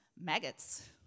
Maggots